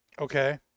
okay